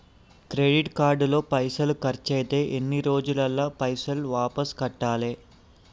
Credit card లో పైసల్ ఖర్చయితే ఎన్ని రోజులల్ల పైసల్ వాపస్ కట్టాలే?